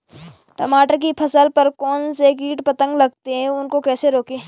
टमाटर की फसल पर कौन कौन से कीट पतंग लगते हैं उनको कैसे रोकें?